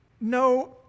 no